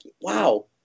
wow